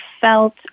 felt